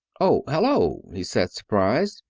oh hello! he said, surprised.